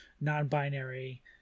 non-binary